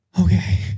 okay